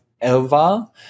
Elva